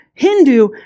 Hindu